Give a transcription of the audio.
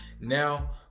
now